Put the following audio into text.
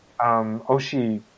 Oshi